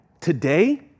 Today